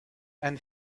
and